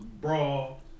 brawl